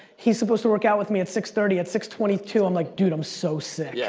he's supposed to work out with me at six thirty, at six twenty two i'm like, dude, i'm so sick. yeah